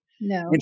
No